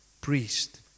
priest